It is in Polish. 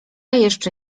jeszcze